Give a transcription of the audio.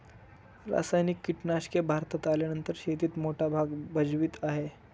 रासायनिक कीटनाशके भारतात आल्यानंतर शेतीत मोठा भाग भजवीत आहे